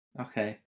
Okay